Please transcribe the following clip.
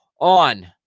on